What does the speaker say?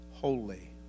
holy